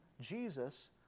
Jesus